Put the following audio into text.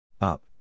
up